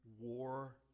war